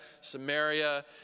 Samaria